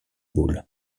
ball